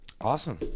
Awesome